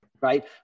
right